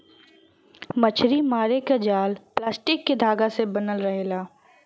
मछरी मारे क जाल प्लास्टिक के धागा से बनल रहेला